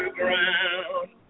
ground